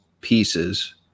pieces